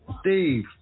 steve